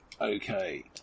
Okay